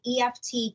EFT